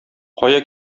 кая